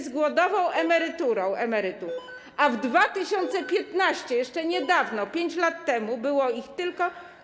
z głodową emeryturą, a w 2015 r., jeszcze niedawno, 5 lat temu, było ich tylko.